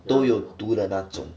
都有毒的那种